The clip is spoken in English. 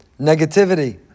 negativity